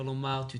מי שמסביבו.